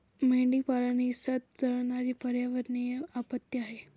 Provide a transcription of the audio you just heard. मेंढीपालन ही संथ जळणारी पर्यावरणीय आपत्ती आहे